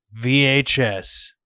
vhs